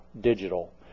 digital